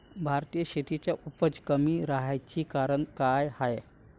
भारतीय शेतीची उपज कमी राहाची कारन का हाय?